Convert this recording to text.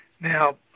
Now